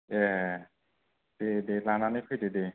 ए दे दे लानानै फैदो दे